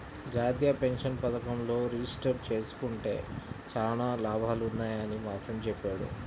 జాతీయ పెన్షన్ పథకంలో రిజిస్టర్ జేసుకుంటే చానా లాభాలున్నయ్యని మా ఫ్రెండు చెప్పాడు